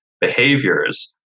behaviors